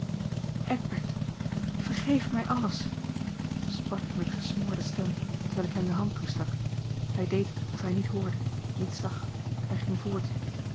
eckbert vergeef mij alles sprak ik met gesmoorde stem terwijl ik hem de hand toestak hij deed of hij niet hoorde niet zag hij ging voort